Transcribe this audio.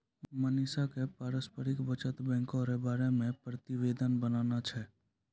मनीषा क पारस्परिक बचत बैंको र बारे मे प्रतिवेदन बनाना छै